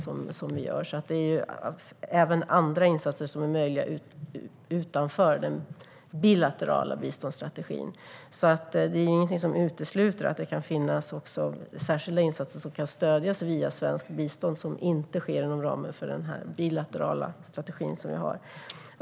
Det är alltså även andra insatser som är möjliga utanför den bilaterala biståndsstrategin. Det är ingenting som utesluter att det kan finnas särskilda insatser som kan stödjas via svenskt bistånd som inte sker inom ramen för den bilaterala strategin.